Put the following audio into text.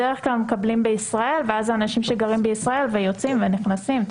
בדרך כלל מקבלים בישראל ואז האנשים שגרים בישראל יוצאים ונכנסים.